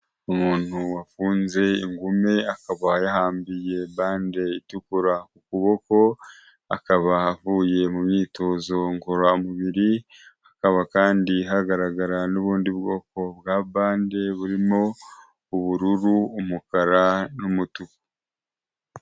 Umuntu wafunze ingumi, akaba yahambiye bande itukura ku kuboko, akaba avuye mu myitozo ngororamubiri, hakaba kandi hagaragara n'ubundi bwoko bwa bande burimo ubururu, umukara n'umutuku.